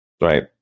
right